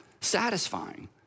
satisfying